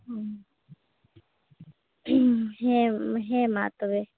ᱦᱮᱸ ᱦᱮᱸ ᱢᱟ ᱛᱚᱵᱮ